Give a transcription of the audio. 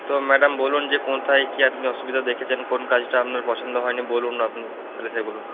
তো ম্যাডাম বলুন যে কোথায় কী আপনি অসুবিধা দেখেছেন কোন কাজটা আপনার পছন্দ হয় নি বলুন আপনি তাহলে সেগুলো